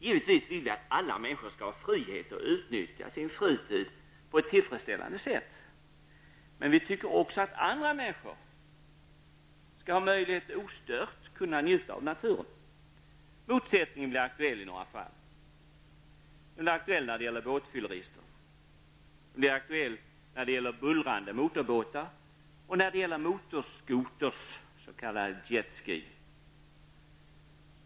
Givetvis vill vi att alla människor skall ha frihet att utnyttja sin fritid på ett tillfredsställande sätt. Men vi tycker också att människor skall ha möjlighet att ostört kunna njuta av naturen. Motsättningen blir aktuell när det gäller båtfyllerister, när det gäller bullrande motorbåtar och när det gäller motorskoters, s.k. Jet-Ski.